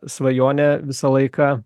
svajonė visą laiką